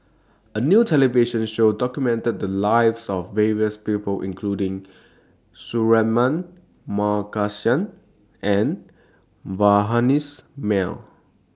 A New television Show documented The Lives of various People including Suratman Markasan and Vanessa Mae